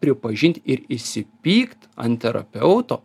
pripažint ir išsipykt ant terapeuto